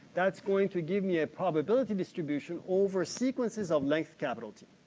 that's going to give me a probability distribution over sequences of length capital t.